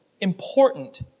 important